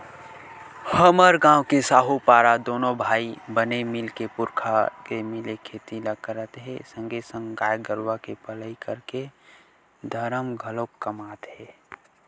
हमर गांव के साहूपारा दूनो भाई बने मिलके पुरखा के मिले खेती ल करत हे संगे संग गाय गरुवा के पलई करके धरम घलोक कमात हे